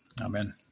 Amen